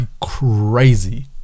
crazy